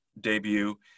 debut